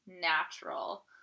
natural